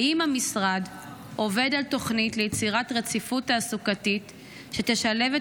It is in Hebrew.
האם המשרד עובד על תוכנית ליצירת רציפות תעסוקתית שתשלב את